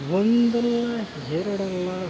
ಒಂದಲ್ಲ ಎರಡಲ್ಲ